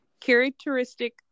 characteristic